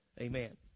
Amen